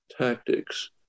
tactics